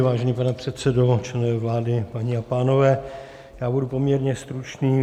Vážený pane předsedo, členové vlády, paní a pánové, já budu poměrně stručný.